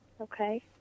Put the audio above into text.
Okay